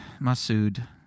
Masood